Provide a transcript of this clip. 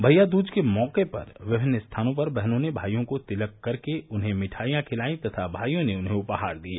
भइया दूज के मौके पर विभिन्न स्थानों पर बहनों ने भाइयों को तिलक कर के उन्हें मिठाईयां खिलाई तथा भाईयों ने उन्हें उपहार दिए